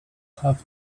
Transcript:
have